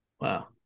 wow